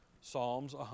Psalms